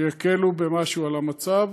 שיקלו במשהו על המצב.